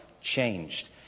Changed